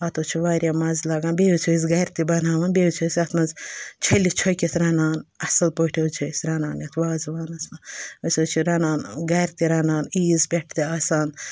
اَتھ حظ چھِ واریاہ مَزٕ لاگان بیٚیہِ حظ چھِ أسۍ گَرِ تہِ بَناوان بیٚیہِ حظ چھِ أسۍ اَتھ منٛز چھٔلِتھ چھوٚکِتھ رَنان اَصٕل پٲٹھۍ حظ چھِ أسۍ رَنان یَتھ وازوانَس منٛز أسی حظ چھِ رَنان گَرِ تہِ رَنان عیٖز پٮ۪ٹھ تہِ آسان